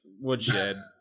woodshed